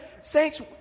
Saints